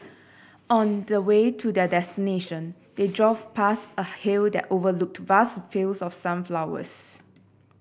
on the way to their destination they drove past a hill that overlooked vast fields of sunflowers